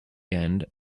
end